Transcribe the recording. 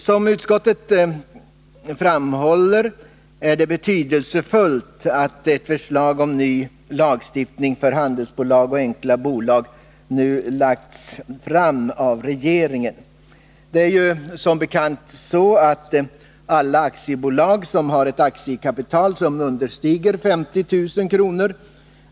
Som utskottet framhåller är det betydelsefullt att ett förslag om ny lagstiftning för handelsbolag och enkla bolag nu har lagts fram av regeringen. Det är ju som bekant så, att alla aktiebolag som har ett aktiekapital som understiger 50000 kr.